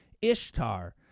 Ishtar